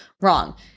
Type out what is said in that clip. wrong